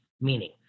meaning